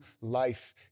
life